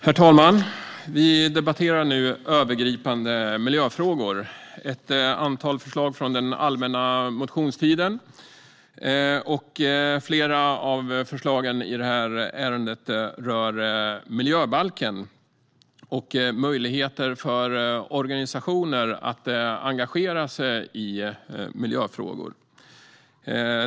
Herr talman! Vi debatterar nu övergripande miljöfrågor, ett antal förslag från allmänna motionstiden. Flera av förslagen i det här ärendet rör miljöbalken och möjligheten för organisationer att engagera sig i miljöfrågor.